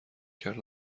کرد